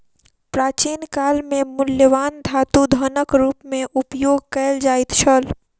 प्राचीन काल में मूल्यवान धातु धनक रूप में उपयोग कयल जाइत छल